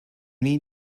need